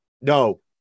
no